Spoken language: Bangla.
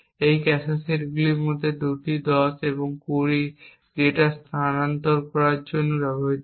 এই ক্যাশে সেটগুলির মধ্যে 2টি 10 এবং 20 ডেটা স্থানান্তর করার জন্য ব্যবহৃত হয়